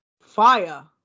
fire